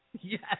Yes